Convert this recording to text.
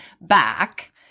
back